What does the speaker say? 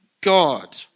God